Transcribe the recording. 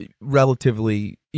relatively